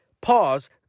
Pause